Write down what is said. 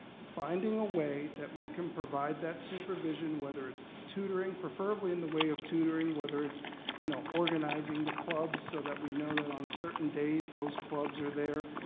finding a way that we can provide that supervision, whether it's tutoring, preferably in the way of tutoring whether it's you know organizing the club so that we know that on certain days, those clubs are there.